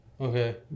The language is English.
okay